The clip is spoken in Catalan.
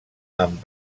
amb